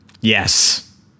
yes